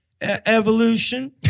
Evolution